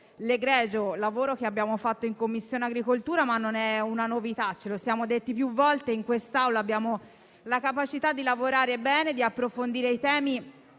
l'egregio lavoro che abbiamo fatto in Commissione agricoltura (ma non è una novità e ce lo siamo detti più volte in quest'Aula: abbiamo la capacità di lavorare bene, di approfondire i temi